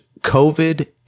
COVID